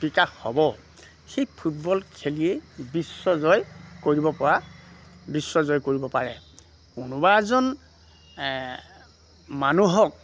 বিকাশ হ'ব সেই ফুটবল খেলিয়ে বিশ্বজয় কৰিব পৰা বিশ্বজয় কৰিব পাৰে কোনোবা এজন মানুহক